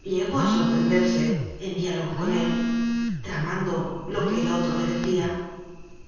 llegó a sor prenderse en diálogo con él tramando lo que el otro le decía